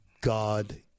God